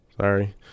Sorry